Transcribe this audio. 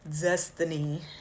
destiny